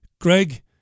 Greg